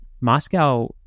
Moscow